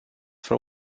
for